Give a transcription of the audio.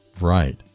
right